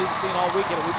seen all weekend.